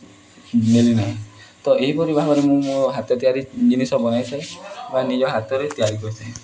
ମୁଁ ନେଲିନାହିଁ ତ ଏହିପରି ଭାବରେ ମୁଁ ମୋ ହାତ ତିଆରି ଜିନିଷ ବନାଇଥାଏ ବା ନିଜ ହାତରେ ତିଆରି କରିଥାଏ